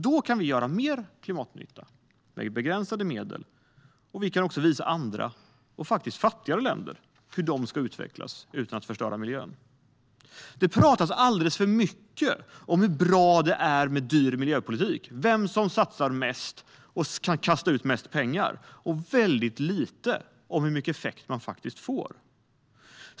Då kan vi göra mer klimatnytta med begränsade medel och även visa andra och fattigare länder hur de kan utvecklas utan att förstöra miljön. Det pratas alldeles för mycket om hur bra det är med dyr miljöpolitik, om vem som satsar mest och kan kasta ut mest pengar. Det pratas väldigt lite om hur stor effekt man får.